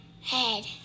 Head